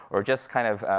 or just kind of,